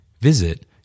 Visit